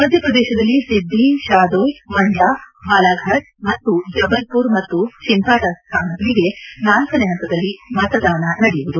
ಮಧ್ಯಪ್ರದೇಶದಲ್ಲಿ ಸಿದ್ದಿ ಶಾದೊಯ್ ಮಂಡ್ಲಾ ಬಾಲಾಫಾಟ್ ಮತ್ತು ಜಬಲ್ಮರ್ ಮತ್ತು ಛಿಂದ್ವಾಡಾ ಸ್ವಾನಗಳಿಗೆ ನಾಲ್ಕನೆ ಹಂತದಲ್ಲಿ ಮತದಾನ ನಡೆಯುವುದು